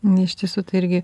na iš tiesų tai irgi